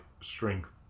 strength